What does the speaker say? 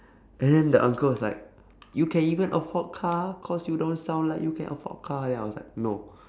and then the uncle was like you can even afford car cause you don't sound like you can afford car then I was like no